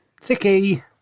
thicky